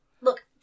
Look